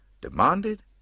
demanded